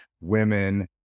women